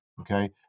okay